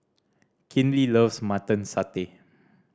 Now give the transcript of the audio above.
Kinley loves Mutton Satay